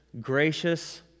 gracious